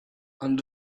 and